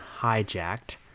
Hijacked